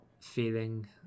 feeling